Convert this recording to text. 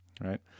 Right